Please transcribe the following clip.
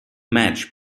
match